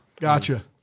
Gotcha